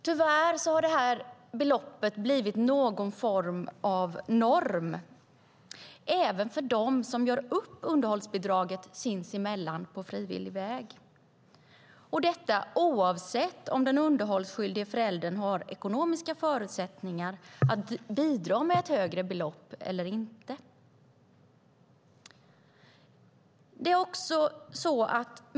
Tyvärr har det beloppet blivit någon form av norm även för dem som sinsemellan på frivillig väg gör upp om underhållsbidraget, detta oavsett om den underhållsskyldiga föräldern har ekonomiska förutsättningar att bidra med ett högre belopp eller inte.